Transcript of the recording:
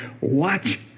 watch